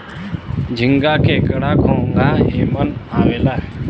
झींगा, केकड़ा, घोंगा एमन आवेला